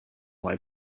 why